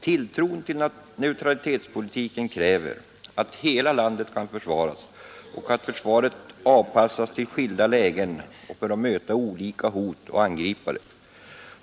Tilltron till neutralitetspolitiken kräver att hela landet kan försvaras och att försvaret kan avpassas till skilda lägen och möta olika hot och angripare.